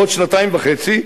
בעוד שנתיים וחצי,